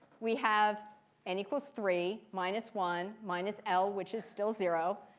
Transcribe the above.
we have n equals three minus one minus l, which is still zero.